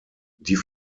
die